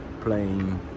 playing